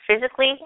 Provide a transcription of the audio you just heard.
physically